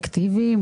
אקטיבי,